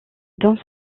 donne